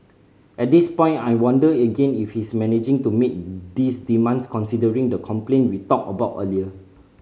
at this point I wonder again if he's managing to meet these demands considering the complaint we talked about earlier